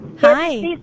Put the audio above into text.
Hi